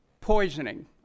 poisoning